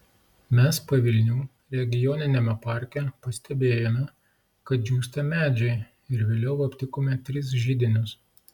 mes pavilnių regioniniame parke pastebėjome kad džiūsta medžiai ir vėliau aptikome tris židinius